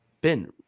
Ben